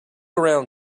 around